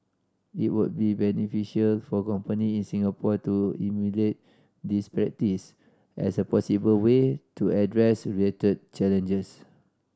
it would be beneficial for companies in Singapore to emulate this practice as a possible way to address related challenges